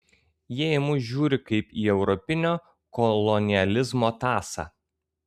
jie į mus žiūri kaip į europinio kolonializmo tąsą